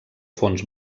fons